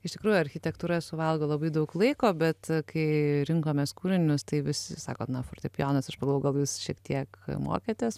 iš tikrųjų architektūra suvalgo labai daug laiko bet kai rinkomės kūrinius tai visi sako na fortepijonas aš galvoju gal jūs šiek tiek mokėtės